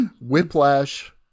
Whiplash